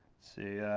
see